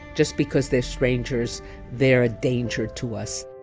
just because they're strangers they're a danger to us